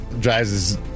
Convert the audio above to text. drives